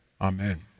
Amen